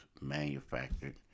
manufactured